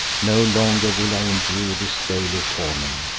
no longer will i endure this daily torment,